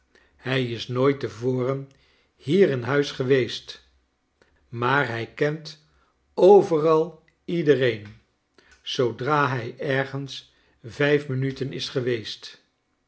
hij is nooit te voren hier in huis geweest maar hij kent overal iedereen zoodra hij ergens vijf minuten is geweest